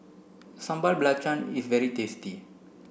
Sambal Belacan is very tasty